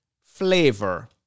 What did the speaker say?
flavor